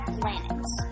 planets